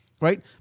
right